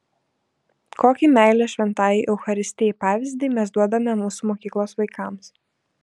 kokį meilės šventajai eucharistijai pavyzdį mes duodame mūsų mokyklos vaikams